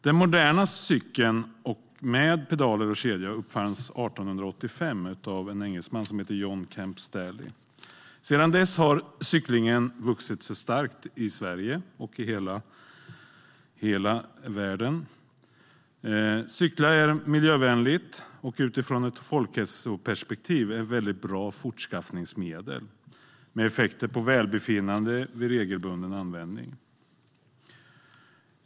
Den moderna cykeln med pedaler och kedja uppfanns 1885 av en engelsman som hette John Kemp Starley. Sedan dess har cyklingen vuxit sig stark i Sverige och i hela världen. Att cykla är miljövänligt. Cykel är utifrån ett folkhälsoperspektiv ett väldigt bra fortskaffningsmedel med effekter på välbefinnandet vid regelbunden användning.